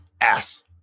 Ass